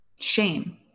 shame